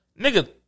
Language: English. Nigga